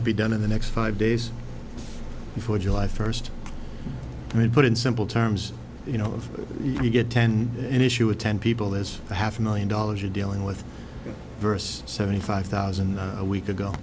that be done in the next five days before july first i mean put in simple terms you know if you get ten an issue of ten people is a half million dollars you're dealing with versus seventy five thousand a week ago